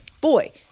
boy